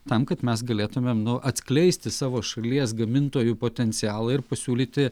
tam kad mes galėtumėm nu atskleisti savo šalies gamintojų potencialą ir pasiūlyti